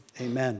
amen